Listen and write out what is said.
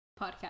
Podcast